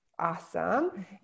Awesome